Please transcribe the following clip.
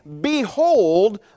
behold